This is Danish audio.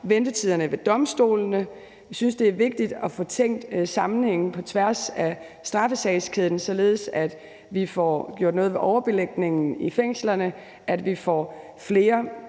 ventetiderne ved domstolene. Vi synes, det er vigtigt at få tænkt i sammenhænge på tværs af straffesagskæden, således at vi får gjort noget ved overbelægningen i fængslerne, at vi får flere